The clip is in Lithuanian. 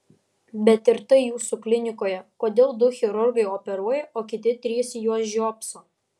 bet ir tai jūsų klinikoje kodėl du chirurgai operuoja o kiti trys į juos žiopso